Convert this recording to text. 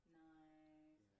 nice